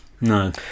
no